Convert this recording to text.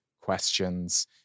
questions